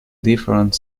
different